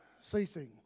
ceasing